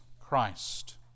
Christ